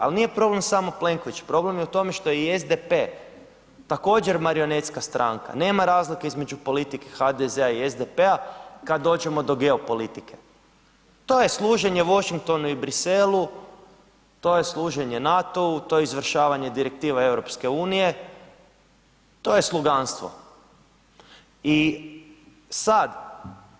Ali nije problem samo Plenković problem je u tome što je i SDP također marionetska stranka, nema razlike između politike HDZ-a i SDP-a kad dođemo do geopolitike, to je služenje Washingtonu i Bruxellesu, to je služenje NATO-u, to je izvršavanje direktiva EU, to je sluganstvo.